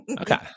Okay